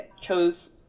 chose